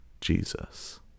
Jesus